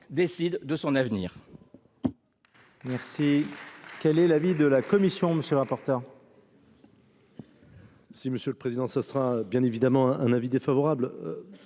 décider de son avenir.